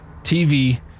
TV